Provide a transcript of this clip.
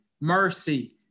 mercy